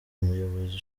umuyobozi